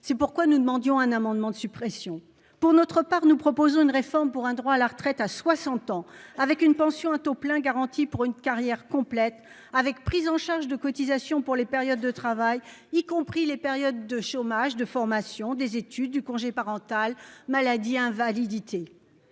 C'est pourquoi nous demandions un amendement de suppression pour notre part, nous proposons une réforme pour un droit à la retraite à 60 ans avec une pension à taux plein garanti pour une carrière complète avec prise en charge de cotisations pour les périodes de travail, y compris les périodes de chômage, de formation des études du congé parental maladie invalidité.